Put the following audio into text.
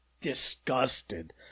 disgusted